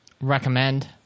recommend